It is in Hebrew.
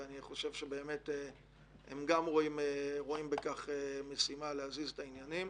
ואני חושב שגם הם רואים בכך משימה להזיז את העניינים.